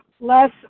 less